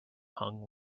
hung